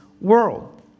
world